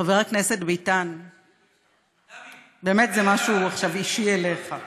חבר הכנסת ביטן, באמת, זה משהו עכשיו אישי, אליך.